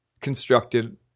constructed